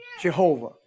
Jehovah